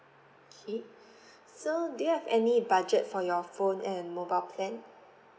okay so do you have any budget for your phone and mobile plan